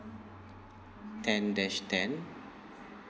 ten dash ten